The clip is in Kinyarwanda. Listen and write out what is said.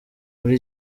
muri